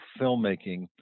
filmmaking